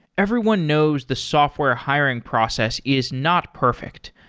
everyone knows the software hiring process is not perfect.